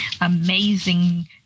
amazing